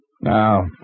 Now